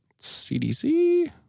CDC